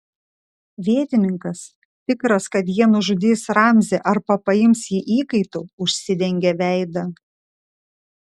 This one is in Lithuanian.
vietininkas tikras kad jie nužudys ramzį arba paims jį įkaitu užsidengė veidą